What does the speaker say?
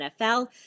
NFL